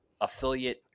affiliate